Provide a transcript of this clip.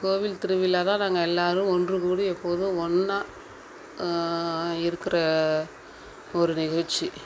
கோவில் திருவிழாதான் நாங்கள் எல்லாரும் ஒன்றுகூடி எப்போதும் ஒன்னாக இருக்கிற ஒரு நிகழ்ச்சி